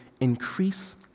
increase